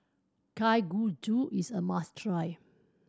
kalguksu is a must try